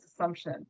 assumption